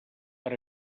per